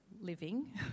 living